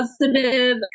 positive